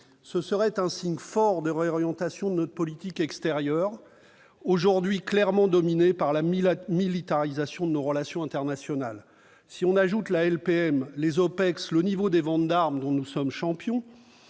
Ce serait un signe fort de réorientation de notre politique extérieure, aujourd'hui clairement dominée par la militarisation de nos relations internationales. Si l'on ajoute la LPM, les OPEX et le niveau des ventes d'armes, dont nous sommes champions,